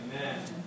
Amen